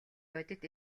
бодит